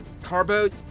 Carboat